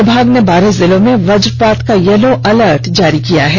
विभाग ने बारह जिलों में वजवात का येलो अलर्ट जारी किया है